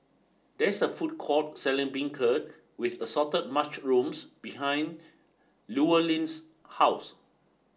there is a food court selling beancurd with assorted mushrooms behind Llewellyn's house